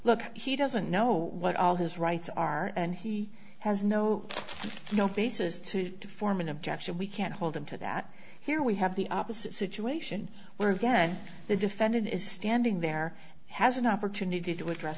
look he doesn't know what all his rights are and he has no basis to form an objection we can't hold him to that here we have the opposite situation where again the defendant is standing there has an opportunity to address